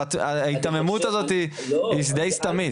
אבל ההיתממות הזאת היא די סתמית.